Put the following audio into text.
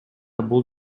бул